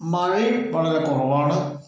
മഴയും വളരെ കുറവാണ്